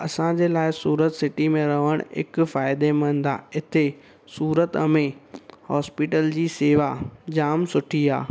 असांजे लाइ सूरत सिटी में रहणु हिकु फ़ाइदेमंद आहे हिते सूरत में हॉस्पिटल जी सेवा जाम सुठी आहे